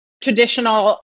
traditional